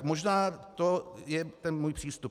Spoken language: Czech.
Možná to je můj přístup.